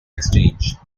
exchange